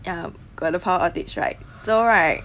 ya got the power updates right so right